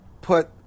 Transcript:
put